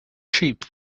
sheep